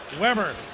Weber